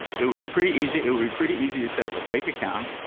it would be pretty easy. it would be pretty easy to set up a fake account,